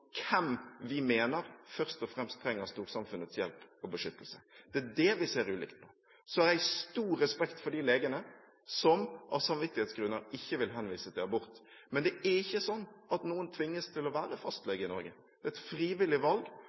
hvem vi mener først og fremst trenger storsamfunnets hjelp og beskyttelse. Det er det vi ser ulikt på. Jeg har stor respekt for de legene som av samvittighetsgrunner ikke vil henvise til abort, men det er ikke sånn at noen tvinges til å være fastlege i Norge. Det er et frivillig valg,